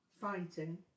fighting